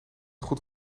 goed